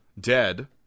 dead